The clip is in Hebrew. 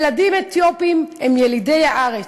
ילדים אתיופים הם ילידי הארץ,